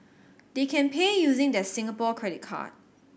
they can pay using their Singapore credit card